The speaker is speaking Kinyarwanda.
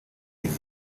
shima